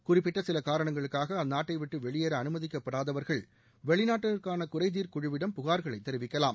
குறிப்பிட்ட சில காரணங்களுக்காக அந்நாட்டைவிட்டு வெளியேற அனுமதிக்கப்படாதவர்கள் வெளிநாட்டினருக்கான குறைதீர் குழுவிடம் புகார்களை தெரிவிக்கலாம்